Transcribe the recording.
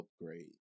upgrade